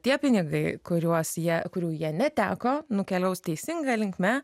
tie pinigai kuriuos jie kurių jie neteko nukeliaus teisinga linkme